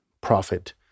profit